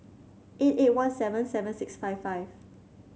eight eight one seven seven six five five